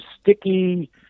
sticky